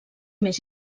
més